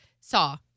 saw